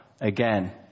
again